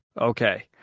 Okay